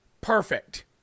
perfect